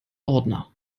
ordner